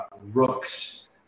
Rook's